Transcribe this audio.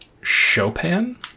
Chopin